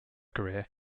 career